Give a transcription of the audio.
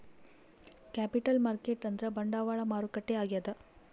capital market ಅಂದ್ರ ಬಂಡವಾಳ ಮಾರುಕಟ್ಟೆ ಆಗ್ಯಾದ